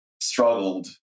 struggled